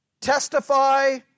testify